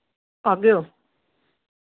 आ'गे ओ